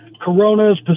Corona's